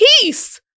peace